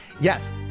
Yes